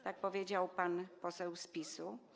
Tak powiedział pan poseł z PiS-u.